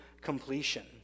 completion